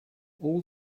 all